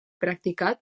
practicat